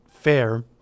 fair